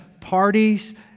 parties